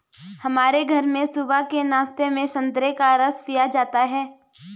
हमारे घर में सुबह के नाश्ते में संतरे का रस पिया जाता है